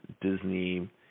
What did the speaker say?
Disney